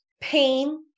Pain